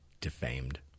defamed